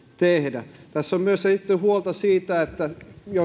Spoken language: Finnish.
tehdä tässä on myös esitetty huolta siitä että